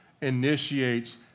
initiates